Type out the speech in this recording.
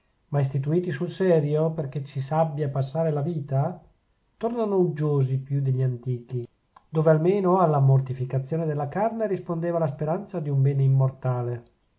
ma istituiti sul serio perchè ci s'abbia a passare la vita tornano uggiosi più degli antichi dove almeno alla mortificazione della carne rispondeva la speranza di un bene immortale